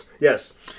Yes